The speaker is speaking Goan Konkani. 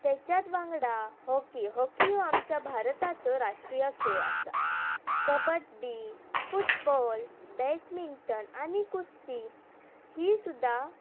तेच्यात वांगडा हॉकी हॉकी हो आमच्या भारताचो राष्ट्रीय खेळ आसा कबड्डी फुटबॉल बॅटमिंटन आनी कुस्ती ही सुद्दा